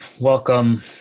Welcome